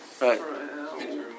Right